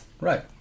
Right